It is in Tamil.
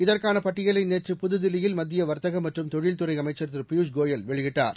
இதற்கான பட்டியலை நேற்று புதுதில்லியில் மத்திய வா்த்தக மற்றும் தொழில்துறை அமைச்சா் திரு பியூஷ் கோயல் வெளியிட்டார்